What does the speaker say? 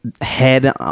head